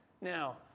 Now